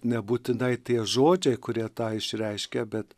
nebūtinai tie žodžiai kurie tą išreiškia bet